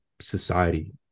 society